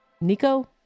Nico